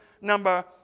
number